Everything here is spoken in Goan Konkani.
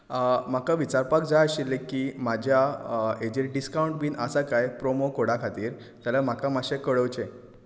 म्हाका विचारपाक जाय आशिल्लें की म्हाज्या हेचेर डिसकाउंट बीन आसा काय प्रोमो कॉडा खातीर जाल्यार म्हाका मातशें कळोवचें